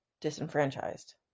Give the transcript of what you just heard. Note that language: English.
disenfranchised